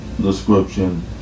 Description